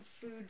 food